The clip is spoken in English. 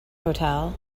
hotel